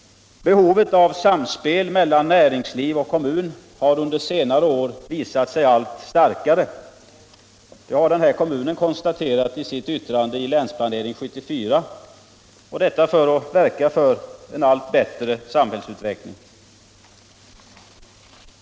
Behovet av samspel mellan näringsliv och kommun har under senare år vuxit sig allt starkare — det har kommunen konstaterat i sitt yttrande i Länsplanering 74 — för att man skall kunna verka för en allt bättre samhällsutveckling.